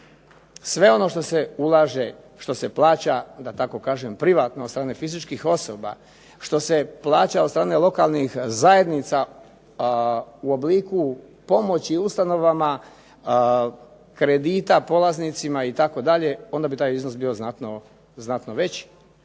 sve ono što se ulaže, što se plaća da tako kažem privatno od strane fizičkih osoba, što se plaća od strane lokalnih zajednica a u obliku pomoći ustanovama kredita polaznicima itd. onda bi taj iznos bio znatno veći.